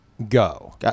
go